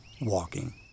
WALKING